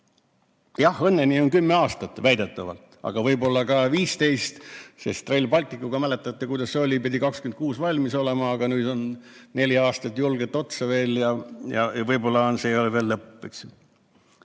Jah, õnneni on kümme aastat väidetavalt, aga võib olla ka 15, sest Rail Balticuga, mäletate, kuidas see oli: pidi 2026 valmis olema, aga nüüd läheb neli aastat julgelt otsa veel ja võib-olla see ei ole veel lõpp.